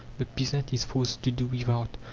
the peasant is forced to do without,